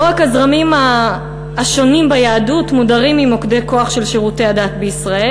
לא רק הזרמים השונים ביהדות מודרים ממוקדי כוח של שירותי הדת בישראל.